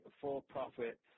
for-profit